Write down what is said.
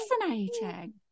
fascinating